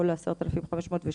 כל אותם 10,516,